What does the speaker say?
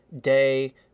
day